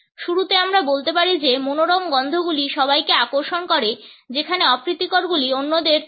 শুরুতে আমরা বলতে পারি যে মনোরম গন্ধগুলি সবাইকে আকর্ষণ করে যেখানে অপ্রীতিকরগুলি অন্যদের তাড়িয়ে দেয়